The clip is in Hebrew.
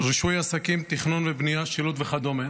-- רישוי עסקים, תכנון ובנייה, שילוט וכדומה.